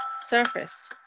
surface